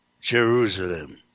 Jerusalem